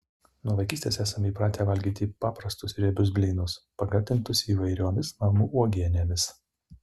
nuo vaikystės esame įpratę valgyti paprastus riebius blynus pagardintus įvairiomis namų uogienėmis